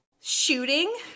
shooting